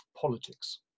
politics